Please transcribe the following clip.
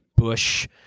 Bush